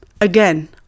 again